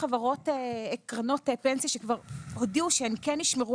יש קרנות פנסיה שכבר הודיעו שהם כן ישמרו